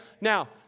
Now